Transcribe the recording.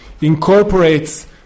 incorporates